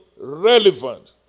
relevant